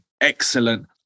excellent